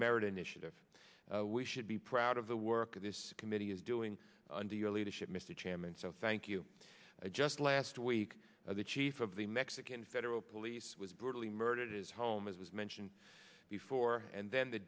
merit initiative we should be proud of the work of this committee is doing under your leadership mr chairman so thank you just last week the chief of the mexican federal police was brutally murdered his home as was mentioned before and then the